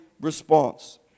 response